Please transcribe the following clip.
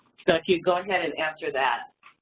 so if you go ahead and answer that.